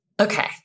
Okay